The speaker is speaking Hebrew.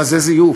אבל זה זיוף,